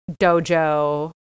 dojo